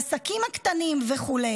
העסקים הקטנים וכו'.